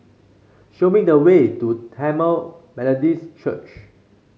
show me the way to Tamil Methodist Church